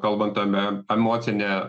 kalbant ame emocinę